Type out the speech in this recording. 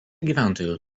gyventojų